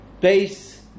Base